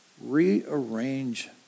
Rearrange